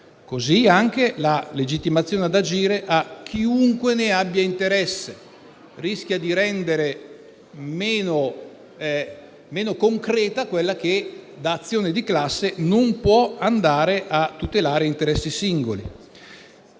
del danno o la legittimazione ad agire a chiunque ne abbia interesse, poiché rischia di rendere meno concreta quella che da azione di classe non può andare a tutelare interessi singoli.